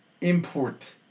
import